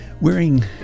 wearing